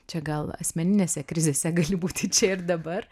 čia gal asmeninėse krizėse gali būti čia ir dabar